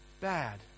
bad